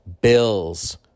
Bills